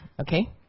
okay